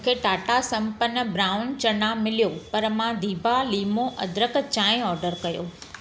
मूंखे टाटा संपन्न ब्राउन चना मिलियो पर मां दिभा लीमू अदरक चांहि ऑडर कयो